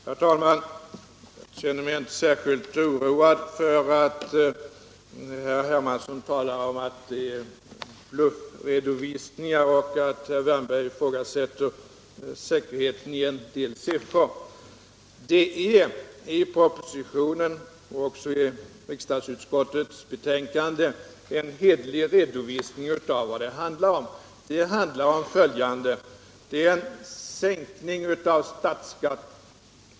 Herr talman! Jag känner mig inte särskilt oroad för att herr Hermansson talar om bluffredovisningar och att herr Wärnberg ifrågasätter säkerheten i en del siffror. Det finns i propositionen och också i riksdagsutskottets betänkande en hederlig redovisning av vad det handlar om, nämligen en sänkning av statsskatten.